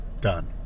Done